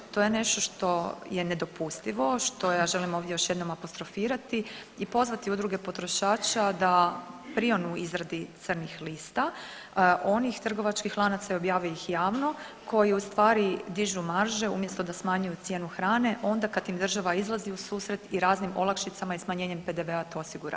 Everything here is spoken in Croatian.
To je nešto što je nedopustivo, što ja želim ovdje još jednom apostrofirati i pozvati udruge potrošača da prionu izradi crnih lista onih trgovačkih lanaca i objave ih javno koji ustvari dižu marže umjesto da smanjuju cijenu hrane onda kad im država izlazi u susret i raznim olakšicama i smanjenjem PDV-a to osigurava.